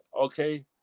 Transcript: okay